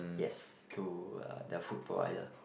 yes to the food provider